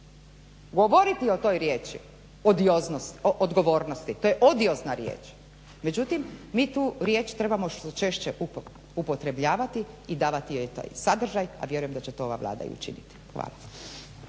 govoriti o toj riječi odioznosti odgovornosti, to je odiozna riječ. Međutim mi tu riječ trebamo češće upotrebljavati i davati joj taj sadržaj a vjerujem da će to ova Vlada i učiniti. Hvala.